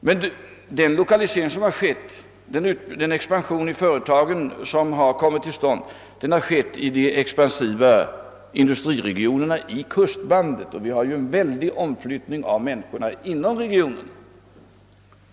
Men den lokalisering, den expansion av företagen som kom mit till stånd har skett i de expansiva industriregionerna, i kustbandet, och vi har stor omflyttning av människorna inom regionen.